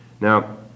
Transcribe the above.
Now